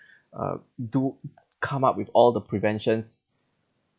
uh do come up with all the preventions